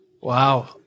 Wow